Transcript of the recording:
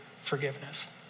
forgiveness